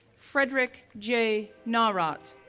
frederick jay nawrot,